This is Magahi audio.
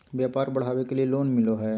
व्यापार बढ़ावे के लिए लोन मिलो है?